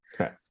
okay